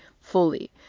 fully